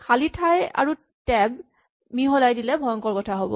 খালী ঠাই আৰু টেব মিহলাই দিলে ভয়ংকৰ কথা হ'ব